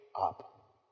up